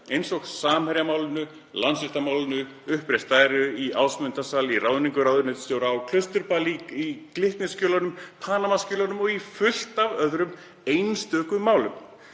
eins og Samherjamálinu, Landsréttarmálinu, uppreist æru, í Ásmundarsal, í ráðningu ráðuneytisstjóra, á Klausturbar, í Glitnisskjölunum, Panama-skjölunum og í fullt af öðrum einstökum málum.